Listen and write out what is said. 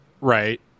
right